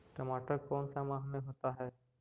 टमाटर कौन सा माह में होता है?